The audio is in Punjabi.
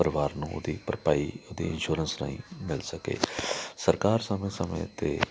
ਪਰਿਵਾਰ ਨੂੰ ਉਹਦੀ ਭਰਪਾਈ ਉਹਦੀ ਇੰਸ਼ੋਰੈਂਸ ਰਾਹੀਂ ਮਿਲ ਸਕੇ ਸਰਕਾਰ ਸਮੇਂ ਸਮੇਂ 'ਤੇ